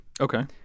Okay